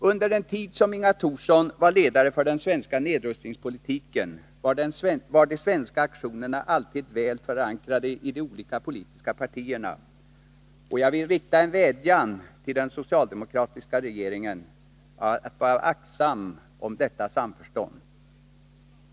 Under den tid som Inga Thorsson var ledare för den svenska nedrustningspolitiken var de svenska aktionerna alltid väl förankrade i de olika politiska partierna, och jag vill rikta en vädjan till den socialdemokratiska regeringen att vara aktsam om detta samförstånd.